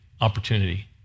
opportunity